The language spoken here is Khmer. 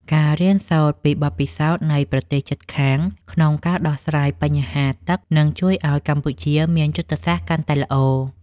ការរៀនសូត្រពីបទពិសោធន៍នៃប្រទេសជិតខាងក្នុងការដោះស្រាយបញ្ហាទឹកនឹងជួយឱ្យកម្ពុជាមានយុទ្ធសាស្ត្រកាន់តែល្អ។